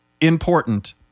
important